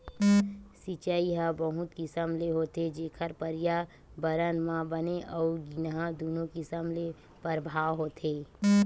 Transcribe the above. सिचई ह बहुत किसम ले होथे जेखर परयाबरन म बने अउ गिनहा दुनो किसम ले परभाव होथे